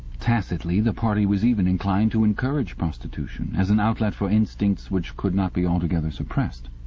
tacitly the party was even inclined to encourage prostitution, as an outlet for instincts which could not be altogether suppressed.